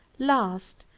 last,